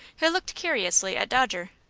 who looked curiously at dodger.